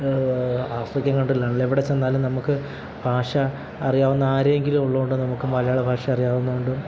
African കൺട്രികളിലാണെങ്കിലും എവിടെ ചെന്നാലും നമുക്ക് ഭാഷ അറിയാവുന്ന ആരെങ്കിലുമുള്ളതുകൊണ്ട് നമുക്ക് മലയാള ഭാഷ അറിയാവുന്നതുകൊണ്ട്